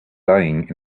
lying